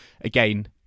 again